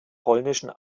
polnischen